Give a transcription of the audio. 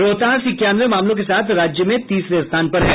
रोहतास इक्यानवे मामलों के साथ राज्य में तीसरे स्थान पर है